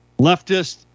Leftist